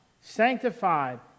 sanctified